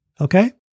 Okay